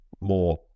more